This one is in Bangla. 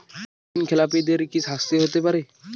ঋণ খেলাপিদের কি শাস্তি হতে পারে?